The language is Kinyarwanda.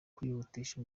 kwihutisha